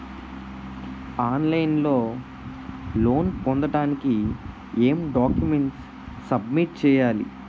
On line లో loan పొందటానికి ఎం డాక్యుమెంట్స్ సబ్మిట్ చేయాలి?